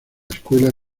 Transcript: escuela